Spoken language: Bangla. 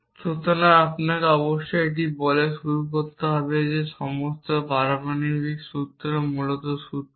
সুতরাং আপনাকে অবশ্যই এই বলে শুরু করতে হবে যে সমস্ত পারমাণবিক সূত্র মূলত সূত্র